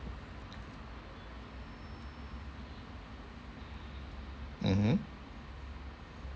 mmhmm